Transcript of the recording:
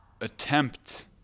attempt